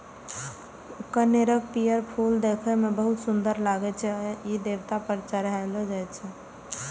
कनेरक पीयर फूल देखै मे बहुत सुंदर लागै छै आ ई देवता पर चढ़ायलो जाइ छै